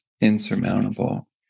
insurmountable